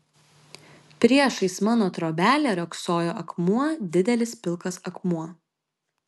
priešais mano trobelę riogsojo akmuo didelis pilkas akmuo